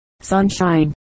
sunshine